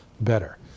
better